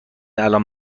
الآن